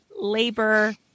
labor